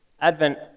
Advent